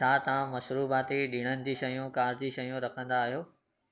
छा तव्हां मशरूबाति ॾिणनि जी शयूं कार जी शयूं रखंदा आहियो